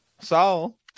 Saul